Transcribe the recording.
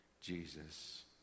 Jesus